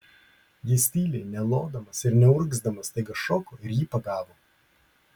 jis tyliai nelodamas ir neurgzdamas staiga šoko ir jį pagavo